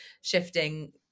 shifting